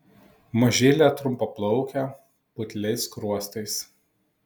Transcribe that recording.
mažylė trumpaplaukė putliais skruostais